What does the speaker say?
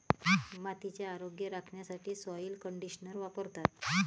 मातीचे आरोग्य राखण्यासाठी सॉइल कंडिशनर वापरतात